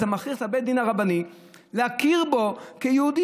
אתה מכריח את בית הדין הרבני להכיר בו כיהודי.